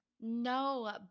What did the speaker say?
No